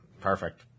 Perfect